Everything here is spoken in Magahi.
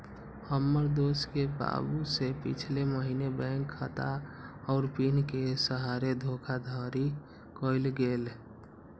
हमर दोस के बाबू से पिछले महीने बैंक खता आऽ पिन के सहारे धोखाधड़ी कएल गेल